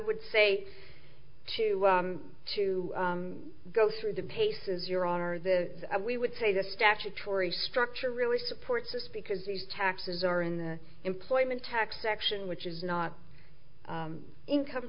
would say to to go through the paces your honor the we would say the statutory structure really supports this because the taxes are in the employment tax section which is not income